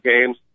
games